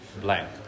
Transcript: blank